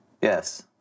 Yes